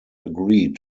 agreed